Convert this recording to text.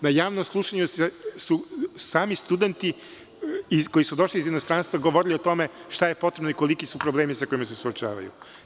Na javnom slušanju su sami studenti koji su došli iz inostranstva govorili o tome šta je potrebno i koliki su problemi sa kojima se suočavaju.